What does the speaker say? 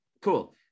Cool